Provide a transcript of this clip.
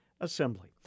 Assembly